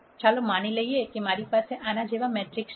ચાલો માની લઈએ કે મારી પાસે આના જેવા મેટ્રિક્સ છે